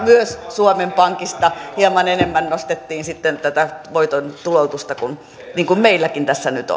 myös suomen pankista hieman enemmän nostettiin tätä voiton tuloutusta niin kuin meilläkin tässä nyt